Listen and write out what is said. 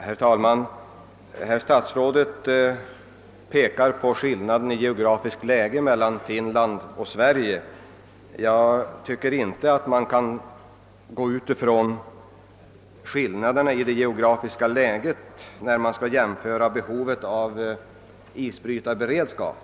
Herr talman! Herr statsrådet pekar på skillnaden i geografiskt läge mellan Finland och Sverige. Jag tycker inte att man kan utgå från någon skillnad i detta avseende när man skall bedöma behovet av isbrytarberedskap.